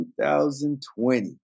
2020